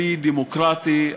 כלי דמוקרטי,